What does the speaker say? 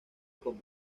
cómo